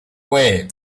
way